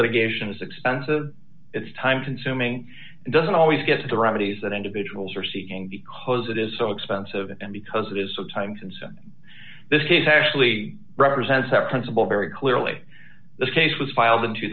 litigation is expensive it's time consuming and doesn't always get to the remedies that individuals are seeking because it is so expensive and because it is so time consuming this is actually represents that principle very clearly this case was filed in two